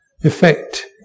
effect